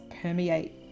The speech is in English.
permeate